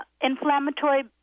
inflammatory